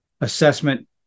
assessment